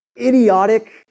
idiotic